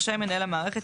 רשאי מנהל המערכת,